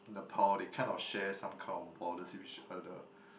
Nepal they kind of share some kind of border see which are the